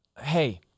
Hey